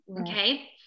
Okay